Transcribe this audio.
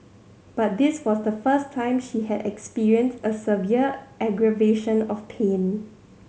but this was the first time she had experienced a severe aggravation of pain